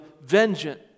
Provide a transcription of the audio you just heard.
vengeance